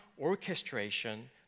orchestration